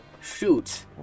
Shoot